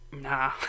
Nah